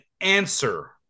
answer